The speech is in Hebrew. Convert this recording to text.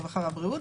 הרווחה והבריאות,